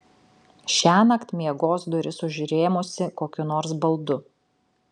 šiąnakt miegos duris užrėmusi kokiu nors baldu